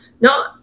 No